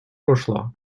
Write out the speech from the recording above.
прошлого